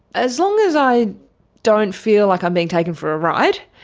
as long as i don't feel like i'm being taken for a ride,